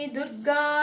Durga